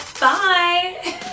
Bye